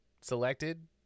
selected